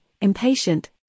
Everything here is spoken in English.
impatient